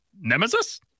nemesis